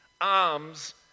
arms